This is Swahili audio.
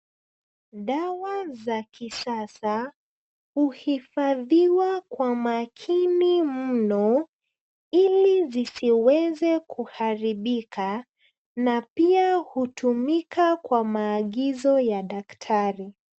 Dawa za kisasa huhifadhiwa kwa makini mno ili zisiweze kuharibika, na pia hutumika kwa maagizo ya daktari.